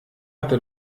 hatte